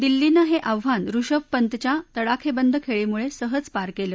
दिल्लीनं हे आव्हान ऋषभ पंतच्या तडाखेबंद खेळीमुळे सहज पार केलं